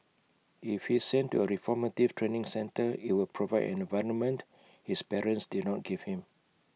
if he's sent to A reformative training centre IT would provide an environment his parents did not give him